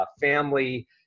family